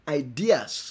ideas